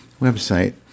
website